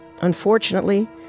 Unfortunately